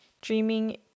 dreaming